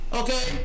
okay